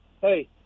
hey